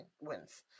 wins